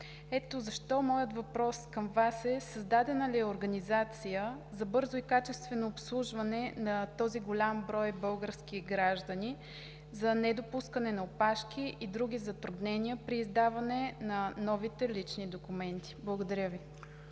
Ето защо моят въпрос към Вас е: създадена ли е организация за бързо и качествено обслужване на този голям брой български граждани за недопускане на опашки и други затруднения при издаване на новите лични документи? Благодаря Ви.